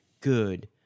good